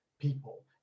people